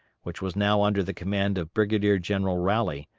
which was now under the command of brigadier general rowley,